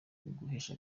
uguhesha